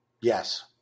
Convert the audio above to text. Yes